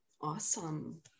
Awesome